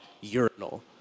urinal